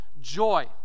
joy